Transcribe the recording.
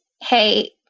hey